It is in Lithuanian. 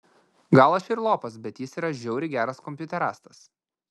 gal aš ir lopas bet jis yra žiauriai geras kompiuterastas